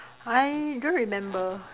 I don't remember